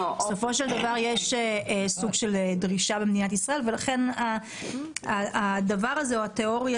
בסופו של דבר יש סוג של דרישה במדינת ישראל ולכן הדבר הזה או התיאוריה